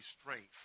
strength